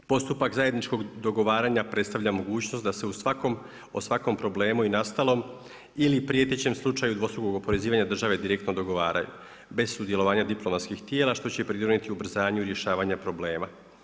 Postupak zajedničkog dogovaranja predstavlja mogućnost da se o svakom problemu i nastalom ili prijetećem slučaju dvostrukog oporezivanja države direktno dogovaraju bez sudjelovanja diplomatskih tijela što će pridonijeti ubrzanju rješavanja problema.